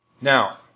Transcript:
Now